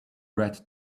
red